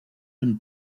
been